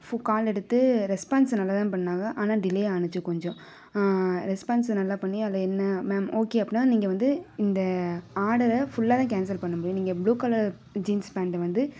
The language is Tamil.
கால் எடுத்து ரெஸ்பான்ஸ் நல்லா தான் பண்ணாங்க ஆனால் டிலே ஆச்சு கொஞ்சம் ரெஸ்பான்ஸ் நல்லா பண்ணி அதில் என்ன மேம் ஓகே அப்படின்னா நீங்கள் வந்து இந்த ஆடரை ஃபுல்லாக தான் கேன்சல் பண்ண முடியும் நீங்கள் ப்ளூ கலர் ஜீன்ஸ் பேண்ட்டு வந்து